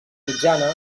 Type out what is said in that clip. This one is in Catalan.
mitjana